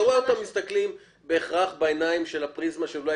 אני לא רואה אותם מסתכלים בהכרח בעיניים של הפריזמה של אולי